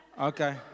Okay